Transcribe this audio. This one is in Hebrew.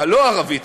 הלא-ערבית,